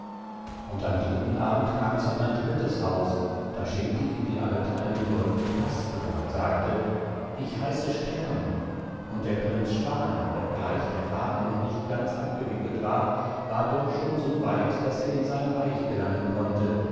und am dritten abend kam es an ein drittes haus da schenkte ihm die alte einen goldenen haspel und sagte ich heiße stern und der prinz schwan ob gleich der faden noch nicht ganz abgewickelt war war doch schon so weit daß er in sein reich gelangen konnte